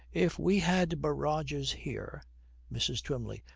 if we had barrages here mrs. twymley.